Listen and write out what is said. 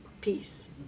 Peace